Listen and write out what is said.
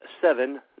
seven